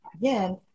again